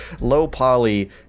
low-poly